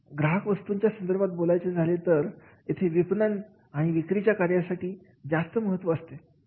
ग्राहक वस्तूंच्या संदर्भात बोलायचे झाले तर इथे विपणन आणि विक्री च्या कार्यासाठी जास्त महत्व ते असते